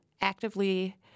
actively